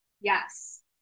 Yes